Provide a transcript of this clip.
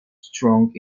strong